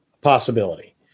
possibility